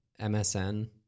msn